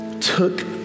took